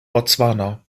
botswana